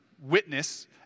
witness